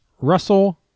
russell